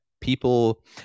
people